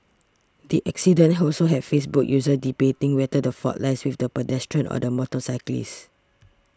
the accident also have Facebook users debating whether the fault lies with the pedestrian or the motorcyclist